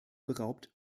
beraubt